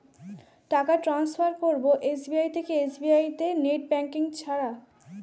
টাকা টান্সফার করব এস.বি.আই থেকে এস.বি.আই তে নেট ব্যাঙ্কিং ছাড়া?